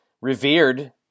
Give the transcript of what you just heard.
revered